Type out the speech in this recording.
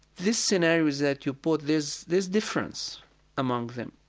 this scenario is that you put this this difference among them.